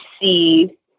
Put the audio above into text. see